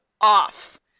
off